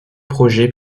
projets